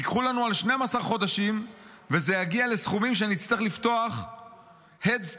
ייקחו לנו על 12 חודשים וזה יגיע לסכומים שנצטרך לפתוח הדסטארט